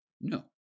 No